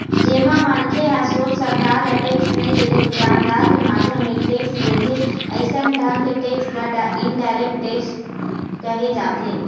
जेमा मनखे ह सोझ सरकार ल टेक्स नई देके दुकानदार के माध्यम ले टेक्स देथे अइसन ढंग के टेक्स ल इनडायरेक्ट टेक्स केहे जाथे